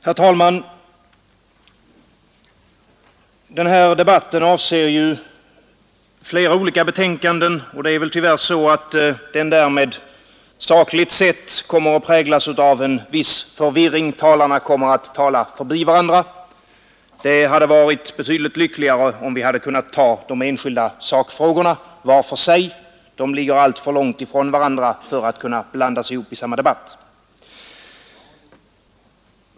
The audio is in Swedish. Herr talman! Den här debatten avser ju flera olika betänkanden, och det är tyvärr så, att den därmed sakligt sett kommer att präglas av en viss förvirring. Talarna kommer att tala förbi varandra. Det hade varit betydligt lyckligare, om vi hade kunnat ta de enskilda sakfrågorna var för sig. De ligger alltför långt ifrån varandra för att kunna blandas ihop i samma debatt.